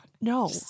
No